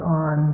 on